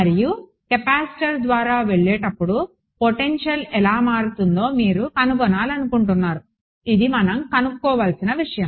మరియు కెపాసిటర్ ద్వారా వెళ్ళేటప్పుడు పొటెన్షియల్ ఎలా మారుతుందో మీరు కనుగొనాలనుకుంటున్నారుఇది మనం కనుక్కోవలసిన విషయం